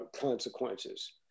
consequences